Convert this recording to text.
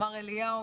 אמר אליהו,